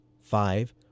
five